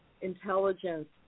intelligence